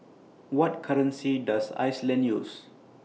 What currency Does Iceland use